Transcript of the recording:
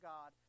God